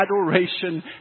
adoration